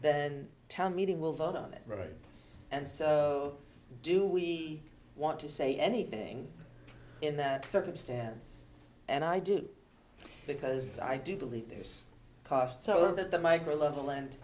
the town meeting will vote on it right and so do we want to say anything in that circumstance and i do because i do believe there's a cost so that the micro level and